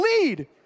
lead